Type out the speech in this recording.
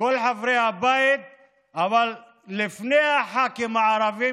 כל חברי הבית לפני הח"כים הערבים,